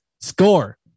score